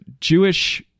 Jewish